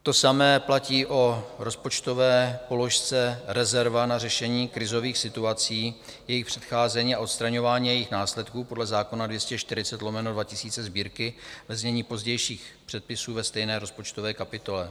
To samé platí o rozpočtové položce Rezerva na řešení krizových situací, jejich předcházení a odstraňování jejich následků podle zákona č. 240/2000 Sb., ve znění pozdějších předpisů, ve stejné rozpočtové kapitole.